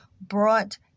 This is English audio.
brought